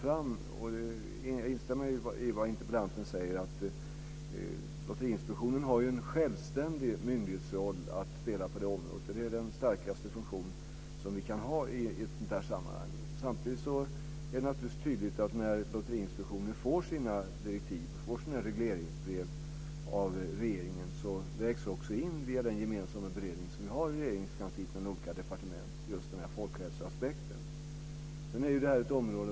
Jag instämmer med interpellanten om att Lotteriinspektionen har en självständig myndighetsroll att spela på området. Det är den starkaste funktion som finns i ett sådant sammanhang. När Lotteriinspektionen får sina regleringsbrev av regeringen vägs folkhälsoaspekten in via den gemensamma beredningen i Regeringskansliet med olika departement.